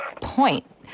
point